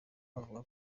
avuga